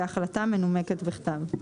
בהחלטה מנומקת בכתב.